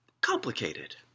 complicated